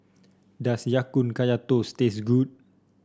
does Ya Kun Kaya Toast taste good